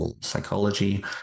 psychology